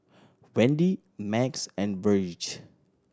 Wendi Max and Virge